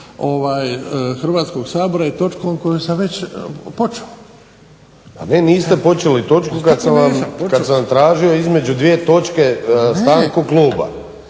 Hrvatskog sabora i točkom kojom sam već počeo. **Vinković, Zoran (HDSSB)** Pa vi niste počeli točku kad sam vam tražio između dvije točke stanku kluba.